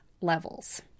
levels